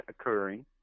occurring